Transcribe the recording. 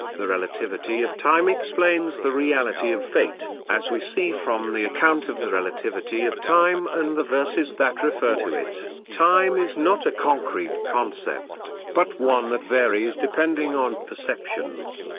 the relativity of time explains the reality of fate as we see from the account of the relativity of time and the verses that refer to it, time is not a concrete concept, but one that varies depending on perceptions.